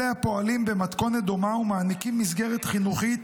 אלה הפועלים במתכונת דומה ומעניקים מסגרת חינוכית